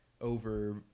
Over